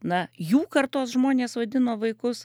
na jų kartos žmonės vadino vaikus